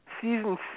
Season